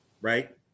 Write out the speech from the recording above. Right